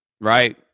right